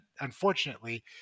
unfortunately